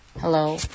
Hello